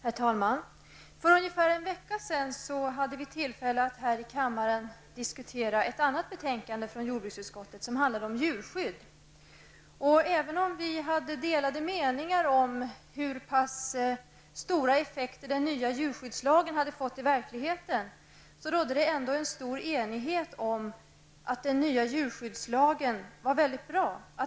Herr talman! För ungefär en vecka sedan hade vi tillfälle att här i kammaren diskutera ett annat betänkande från jordbruksutskottet, som handlade om djurskydd. Även om det rådde delade meningar om hur pass stora effekter den nya djurskyddslagen i verkligheten har, noterades en stor enighet om att den nya djurskyddslagen var mycket bra.